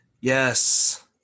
Yes